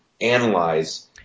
analyze